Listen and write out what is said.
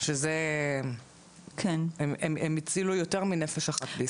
שבזה הם הצילו יותר מנפש אחת בישראל.